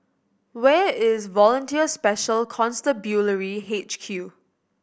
where is Volunteer Special Constabulary H Q